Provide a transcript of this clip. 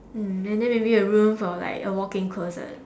mm and then maybe a room for like a walk in closet